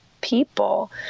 people